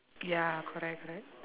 ya correct right